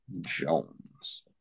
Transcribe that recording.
Jones